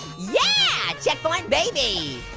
yeah! checkpoint, baby!